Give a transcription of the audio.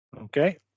Okay